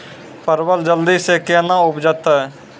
परवल जल्दी से के ना उपजाते?